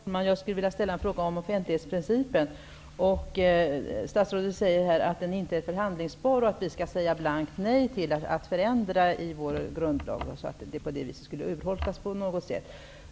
Herr talman! Jag skulle vilja ställa en fråga om offentlighetsprincipen. Statsrådet säger att den inte är förhandlingsbar och att vi skall säga blankt nej till att förändra i vår grundlag. På det viset skulle den kunna urholkas på något sätt.